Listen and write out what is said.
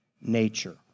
nature